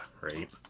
right